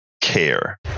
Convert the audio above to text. care